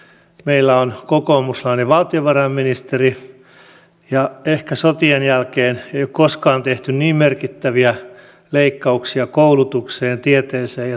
meillä on kokoomuslainen valtiovarainministeri ja ehkä sotien jälkeen ei ole koskaan tehty niin merkittäviä leikkauksia koulutukseen tieteeseen ja tutkimukseen